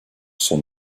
sont